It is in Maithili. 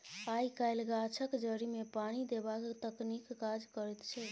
आय काल्हि गाछक जड़िमे पानि देबाक तकनीक काज करैत छै